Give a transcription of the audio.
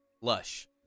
Lush